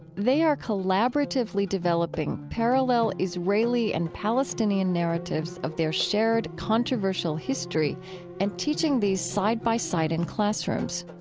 they are collaboratively developing parallel israeli and palestinian narratives of their shared controversial history and teaching these side by side in classrooms.